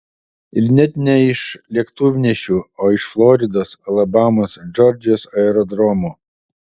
ir net ne iš lėktuvnešių o iš floridos alabamos džordžijos aerodromų